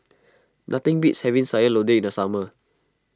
nothing beats having Sayur Lodeh in the summer